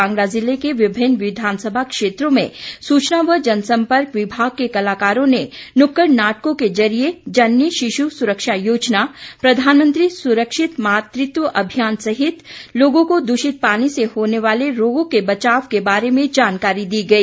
कांगड़ा जिले के विभिन्न विधानसभा क्षेत्रों में सूचना व जनसम्पर्क विभाग के कलाकारों ने नुक्कड़ नाटकों के जरिए जननी शिशु सुरक्षा योजना प्रधानमंत्री सुरक्षित मातृत्व अभियान सहित लोगों को दूषित पानी से होने वाले रोगों के बचाव के बारे में जानकारी दी गई